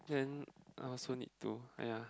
then I also need to !aiya!